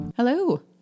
Hello